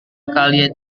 kalian